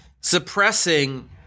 suppressing